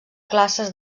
classes